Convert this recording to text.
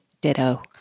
Ditto